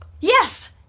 yes